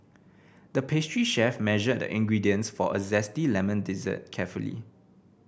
the pastry chef measured the ingredients for a zesty lemon dessert carefully